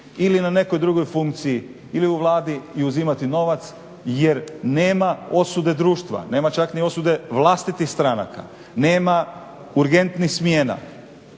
ili na nekoj drugoj funkciji ili u Vladi i uzimati novac jer nema osude društva, nema čak ni osude vlastitih stranaka, nema urgentnih smjena.